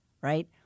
right